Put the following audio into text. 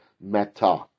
Meta